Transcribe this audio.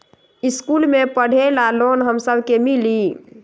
इश्कुल मे पढे ले लोन हम सब के मिली?